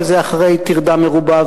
אבל זה אחרי טרדה מרובה,